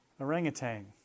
Orangutan